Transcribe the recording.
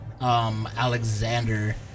Alexander